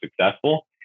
successful